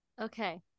okay